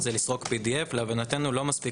לעשות זה לסרוק PDF. להבנתנו זה לא מספיק.